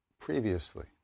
previously